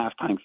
halftime